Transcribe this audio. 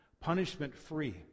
punishment-free